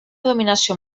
dominació